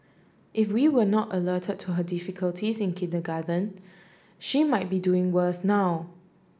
if we were not alerted to her difficulties in kindergarten she might be doing worse now